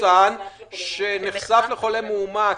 מחוסן שנחשף לחולה מאומת